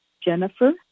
Jennifer